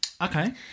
okay